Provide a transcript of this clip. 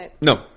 no